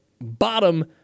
bottom